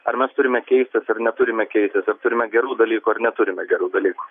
ar mes turime keistis ir neturime keistis ar turime gerų dalykų ar neturime gerų dalykų